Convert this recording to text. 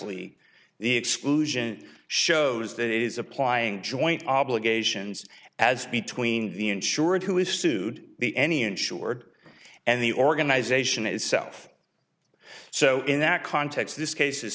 expressly the exclusion shows that it is applying joint obligations as between the insured who is sued the any insured and the organization itself so in that context this case